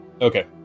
okay